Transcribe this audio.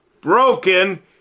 broken